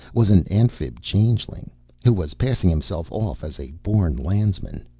was an amphib-changeling who was passing himself off as a born landsman.